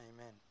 Amen